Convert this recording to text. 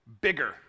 bigger